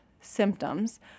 symptoms